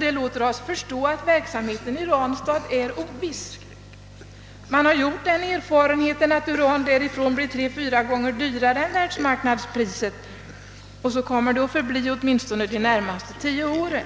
Det låter oss förstå att verksamheten i Ranstad är oviss. Man har gjort den erfarenheten att uran därifrån blir 3—4 gånger dyrare än världsmarknadspriset, och så kommer det att förbli åtminstone de närmaste tio åren.